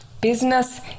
business